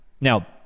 Now